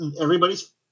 everybody's